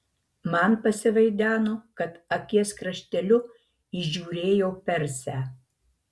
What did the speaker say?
man pasivaideno kad akies krašteliu įžiūrėjau persę